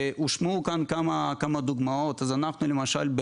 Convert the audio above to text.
והושמעו כאן כמה דוגמאות אז אנחנו למשל,